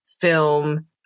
film